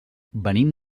venim